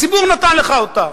הציבור נתן לך אותה.